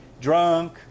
drunk